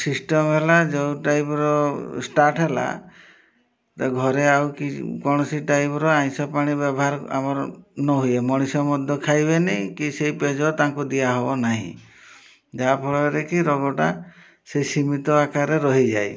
system ହେଲା ଯେଉଁ ଟାଇପ୍ର ଷ୍ଟାର୍ଟ୍ ହେଲା ତ ଘରେ ଆଉ କି କୌଣସି ଟାଇପ୍ର ଆଇଁଷ ପାଣି ବ୍ୟବହାର ଆମର ନହୁଏ ମଣିଷ ମଧ୍ୟ ଖାଇବେନି କି ସେହି ପେଜ ତାଙ୍କୁ ଦିଆହେବ ନାହିଁ ଯାହାଫଳରେ କି ରୋଗଟା ସେ ସୀମିତ ଆକାରରେ ରହିଯାଏ